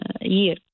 year